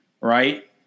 right